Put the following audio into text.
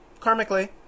Karmically